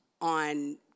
on –